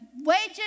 wages